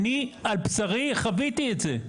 אני על בשרי חוויתי את זה.